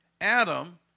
Adam